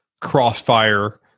Crossfire